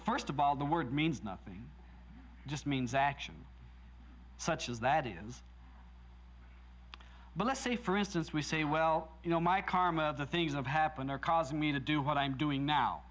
first of all the word means nothing just means action such as that is but let's say for instance we say well you know my karma or the things that happen are causing me to do what i'm doing now